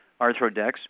Arthrodex